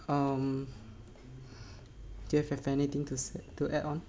um do you have anything to say to add on